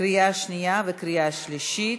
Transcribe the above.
בקריאה שנייה ובקריאה שלישית.